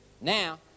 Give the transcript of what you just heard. Now